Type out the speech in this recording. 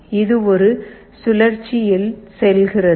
இது ஒரு சுழற்சியில் செல்கிறது